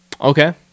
Okay